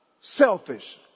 selfish